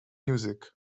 music